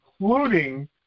including